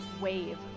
wave